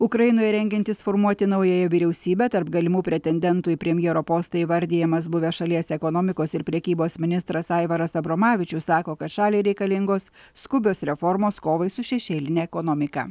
ukrainoje rengiantis formuoti naująją vyriausybę tarp galimų pretendentų į premjero postą įvardijamas buvęs šalies ekonomikos ir prekybos ministras aivaras abromavičius sako kad šaliai reikalingos skubios reformos kovai su šešėline ekonomika